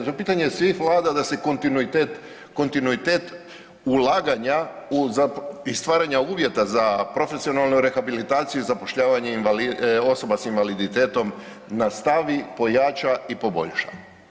To je pitanje svih Vlada da se kontinuitet ulaganja i stvaranja uvjeta za profesionalnu rehabilitaciju i zapošljavanje osoba sa invaliditetom nastavi, pojača i poboljša.